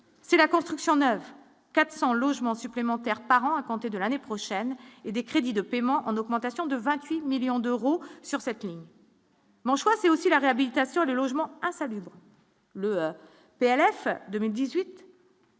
si la construction neuve 400 logements supplémentaires par an à compter de l'année prochaine et des crédits de paiement en augmentation de 28 millions d'euros sur cette ligne. Bon choix, c'est aussi la réhabilitation des logements insalubres. Le PLF 2018.